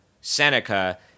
Seneca